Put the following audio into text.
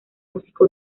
música